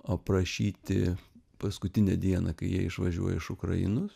aprašyti paskutinę dieną kai jie išvažiuoja iš ukrainos